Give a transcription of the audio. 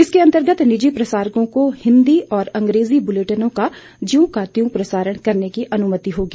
इसके अंतर्गत निजी प्रसारकों को हिन्दी और अंग्रेजी बुलेटिनों का ज्यों का त्यों प्रसारण करने की अनुमति होगी